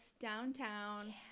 downtown